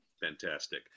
Fantastic